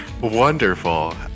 Wonderful